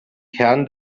kern